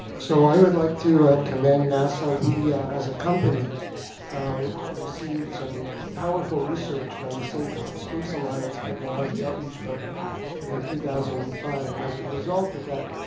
so i would like to commend nasa. we as a company received some powerful research from say tops peaks alliance technology outreach program in two thousand and five, and as a result of that